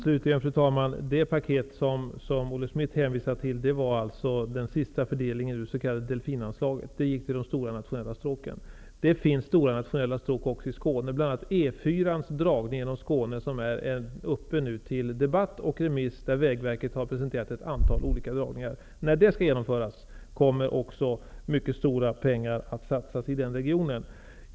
Fru talman! Det paket som Olle Schmidt hänvisar till gällde det s.k. Delfinanslaget. Det gick till de stora nationella stråken. Det finns stora nationella stråk också i Skåne, bl.a. E 4:ans dragning genom Skåne. Ärendet är nu uppe till debatt och ute på remiss. Vägverket har presenterat ett antal olika förslag till dragningar. När E 4:ans dragning skall genomföras kommer också mycket stora pengar att satsas i den regionen.